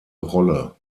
rolle